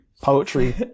poetry